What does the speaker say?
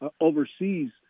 overseas